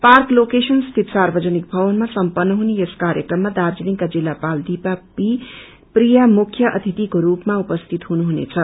park location स्थित सार्वजनिक भवनमा सम्पन्न हुने यस ाकार्यक्रममा दार्जीलिङका जिल्लपाल दीपा पी प्रिया मुख्य अतिथिको रूपमा उपस्थित हुनुहुनेछ